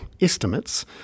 estimates